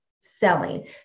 selling